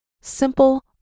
Simple